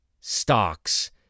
stocks